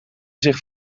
zich